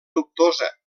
dubtosa